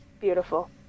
Beautiful